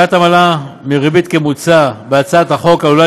קביעת עמלה מרבית כמוצע בהצעת החוק עלולה